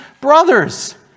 brothers